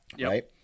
Right